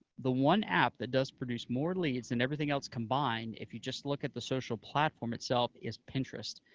the one app that does produce more leads than everything else combined, if you just look at the social platform itself, is pinterest,